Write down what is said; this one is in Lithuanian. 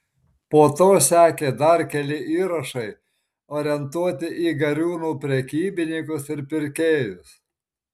po to sekė dar keli įrašai orientuoti į gariūnų prekybininkus ir pirkėjus